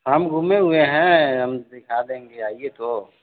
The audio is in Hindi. हम घूमे हुए हैं हम दिखा देंगे आइए तो